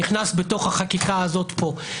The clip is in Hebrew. נכנס בחקיקה הזאת פה.